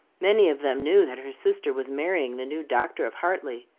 many of them knew that her sister was marrying the new doctor of hartley.